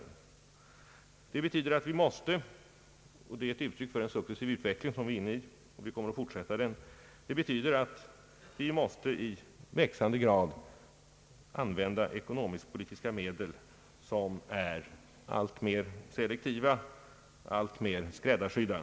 Detta betyder att vi och det är ett uttryck för en successiv utveckling som vi är inne i och som vi kommer att fortsätta — måste i växande grad använda ekonomisk-politiska medel som är alltmer selektiva och alltmer skräddarsydda.